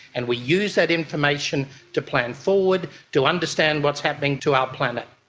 and we use that information to plan forward, to understand what's happening to our planet.